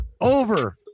over